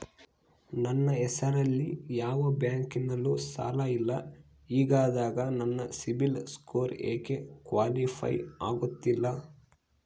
ನನ್ನ ಹೆಸರಲ್ಲಿ ಯಾವ ಬ್ಯಾಂಕಿನಲ್ಲೂ ಸಾಲ ಇಲ್ಲ ಹಿಂಗಿದ್ದಾಗ ನನ್ನ ಸಿಬಿಲ್ ಸ್ಕೋರ್ ಯಾಕೆ ಕ್ವಾಲಿಫೈ ಆಗುತ್ತಿಲ್ಲ?